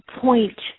point